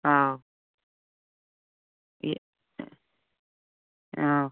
ꯑꯥꯎ ꯑꯧ